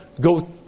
go